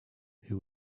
who